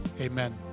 Amen